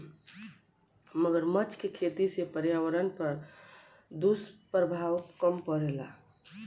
मगरमच्छ के खेती से पर्यावरण पर दुष्प्रभाव कम पड़ेला